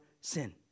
sin